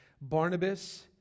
Barnabas